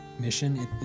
mission